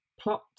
plot